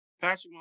Patrick